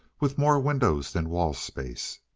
with more windows than wall space.